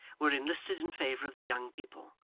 were enlisted in favour of the young people,